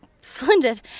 splendid